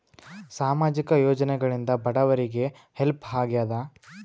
ಸಾಮಾಜಿಕ ಯೋಜನೆಗಳಿಂದ ಬಡವರಿಗೆ ಹೆಲ್ಪ್ ಆಗ್ಯಾದ?